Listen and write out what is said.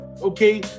Okay